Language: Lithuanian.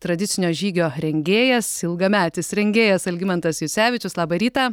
tradicinio žygio rengėjas ilgametis rengėjas algimantas jucevičius labą rytą